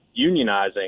unionizing